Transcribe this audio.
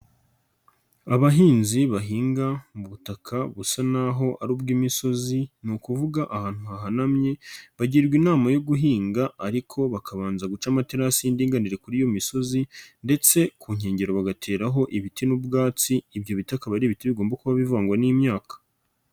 Abahinzi bahinga mu butaka busa naho ari ubw'imisozi ni ukuvuga ahantu hahanamye bagirwa inama yo guhinga ariko bakabanza guca amaterasi y'inganire kuri iyo misozi ndetse ku nkengero bagateraho ibiti n'ubwatsi ibyo bitakaba ari ibiti bigomba kuba bivangwa n'imyaka.